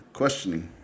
questioning